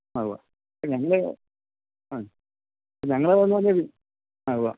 ആ ഉവ്വാ ഇനി ഞങ്ങൾ ആ ഇനി ഞങ്ങൾ പോകുന്നത് പോലെ ആ ഉവ്വാ